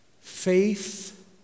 Faith